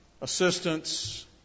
assistance